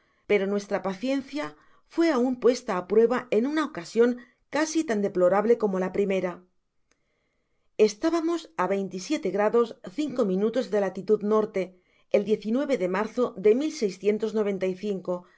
pero nuestra paciencia fué aun puesta á prueba en una ocasion casi tan deplorable como la primera estábamos á veinte y siete grados cinco minutos de latitud n el de marzo de